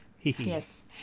Yes